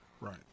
Right